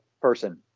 person